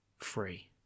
Free